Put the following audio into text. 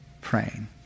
praying